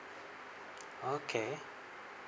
okay